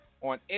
on